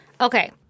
Okay